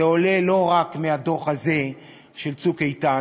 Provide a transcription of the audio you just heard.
זה עולה לא רק מהדוח הזה של "צוק איתן",